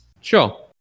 Sure